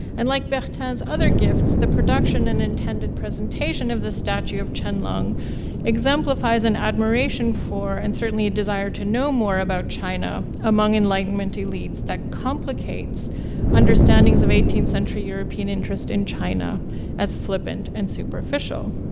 and like bertin's other gifts, the production and intended presentation of the statue of qianlong exemplifies an admiration for and certainly a desire to know more about china among enlightenment elites that complicates understandings of eighteenth century european interest in china as flippant and superficial.